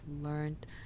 learned